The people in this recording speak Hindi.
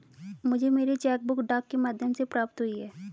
मुझे मेरी चेक बुक डाक के माध्यम से प्राप्त हुई है